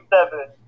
Seven